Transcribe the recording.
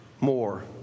more